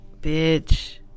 bitch